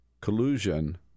collusion